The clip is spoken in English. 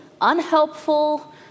unhelpful